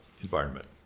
environment